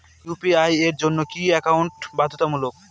UPI এর জন্য কি একাউন্ট বাধ্যতামূলক?